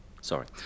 Sorry